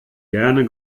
gerne